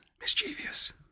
Mischievous